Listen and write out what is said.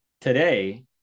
Today